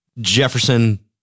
Jefferson